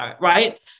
Right